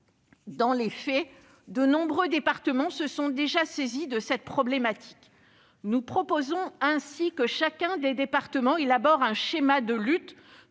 Dans les faits, de nombreux départements se sont déjà saisis de cette problématique. Nous proposons ainsi que chaque département élabore un schéma de lutte